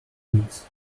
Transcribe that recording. weeks